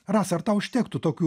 rasa ar tau užtektų tokių